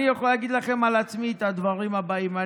אני יכול להגיד לכם על עצמי את הדברים הבאים.